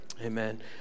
Amen